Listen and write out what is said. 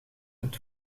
het